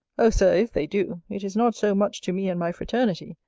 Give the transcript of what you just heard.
oh, sir, if they do, it is not so much to me and my fraternity,